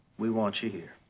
we want you here.